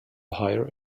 higher